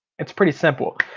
it's pretty simple.